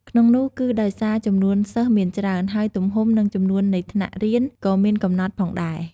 ក្នុងនោះគឺដោយសារ ចំនួនសិស្សមានច្រើន ហើយទំហំ និងចំនួននៃថ្នាក់រៀនក៏មានកំណត់ផងដែរ។